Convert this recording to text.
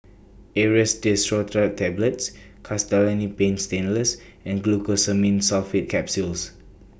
Aerius DesloratadineTablets Castellani's Paint Stainless and Glucosamine Sulfate Capsules